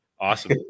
Awesome